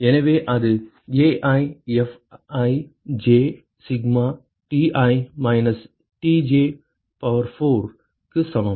எனவே அது AiFij sigma Ti minus Tj 4 க்கு சமம்